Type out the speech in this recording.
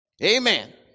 Amen